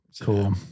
Cool